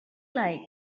like